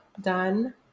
done